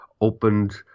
opened